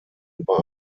über